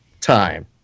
time